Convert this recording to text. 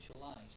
lives